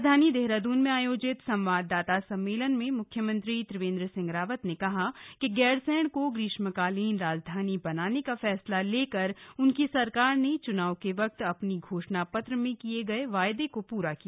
राजधानी देहराद्रन में आयोजित संवाददाता सम्मेलन में मुख्यमंत्री त्रिवेंद्र सिंह रावत ने कहा कि गैरसैंण को ग्रीष्मकालीन राजधानी बनाने का फैसला लेकर उनकी सरकार ने च्नाव के वक्त अपने घोषणा पत्र में किए गए वायदे को पूरा किया